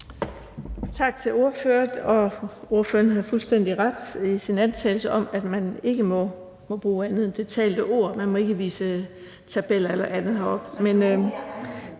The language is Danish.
Tak til ordføreren, og ordføreren har fuldstændig ret i sin antagelse om, at man ikke må bruge andet end det talte ord. Man må ikke vise tabeller og andet heroppe.